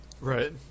right